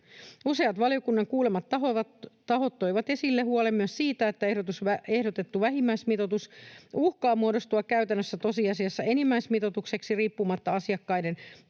Useat valiokunnan kuulemat tahot toivat esille huolen myös siitä, että ehdotettu vähimmäismitoitus uhkaa muodostua käytännössä tosiasiassa enimmäismitoitukseksi riippumatta asiakkaiden palvelutarpeesta.